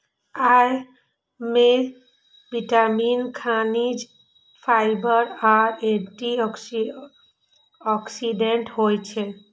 अय मे विटामिन, खनिज, फाइबर आ एंटी ऑक्सीडेंट होइ छै